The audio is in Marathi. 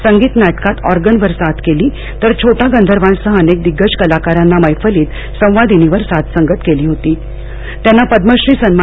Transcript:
संगीत नाटकात ऑर्गनवर साथ केली तर छोटा गंधर्वांसह अनेक दिग्गज कलाकारांना मैफलीत संवादिनीवर साथसांगत केली होतीत्यांना पद्मश्री सन्